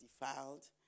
defiled